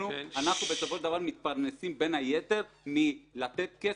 אנחנו בסופו של דבר מתפרנסים בין היתר מלתת כסף,